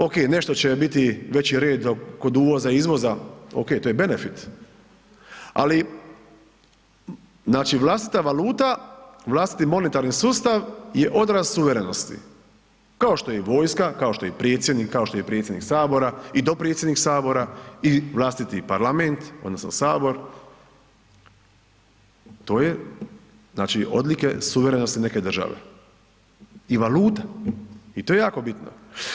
Ok nešto će biti većeg reda kod uvoza-izvoza, ok, to je benefit, ali znači vlastita valuta, vlastiti monetarni sustav je odraz suverenosti kao što je i vojska, kao što je predsjednik, kao što je i predsjednik Sabora i dopredsjednik Sabora i vlastiti Parlament odnosno Sabor, to su odlike suverene neke države i valuta i to je jako bitno.